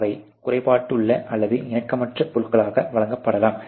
அவை குறைபாடுள்ள அல்லது இணக்கமற்ற பொருட்களாக வழங்கப்படலாம்